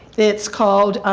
it is called,